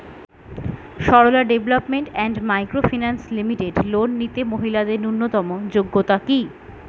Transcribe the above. Sarala development and micro finance limited loan নিতে মহিলাদের ন্যূনতম যোগ্যতা কী?